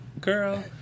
girl